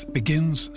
begins